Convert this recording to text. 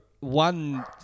One